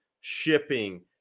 shipping